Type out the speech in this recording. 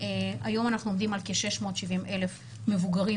והיום אנחנו עומדים על כ-670 אלף מבוגרים